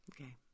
Okay